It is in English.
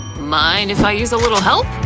mind if i use a little help?